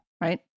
right